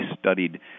studied